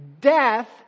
death